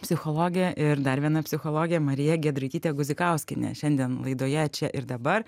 psichologė ir dar viena psichologė marija giedraitytė guzikauskienė šiandien laidoje čia ir dabar